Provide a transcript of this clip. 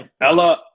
Ella